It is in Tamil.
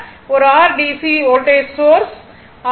ஒரு r டிசி வோல்டேஜ் சோர்ஸ் ஆகும்